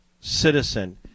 citizen